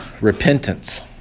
repentance